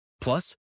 Plus